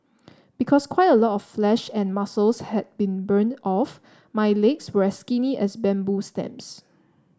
because quite a lot of flesh and muscles had been burnt off my legs were as skinny as bamboo stems